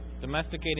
Domesticating